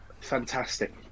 fantastic